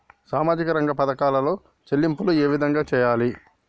సామాజిక రంగ పథకాలలో చెల్లింపులు ఏ విధంగా చేయాలి?